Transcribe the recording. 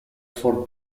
for